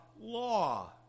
law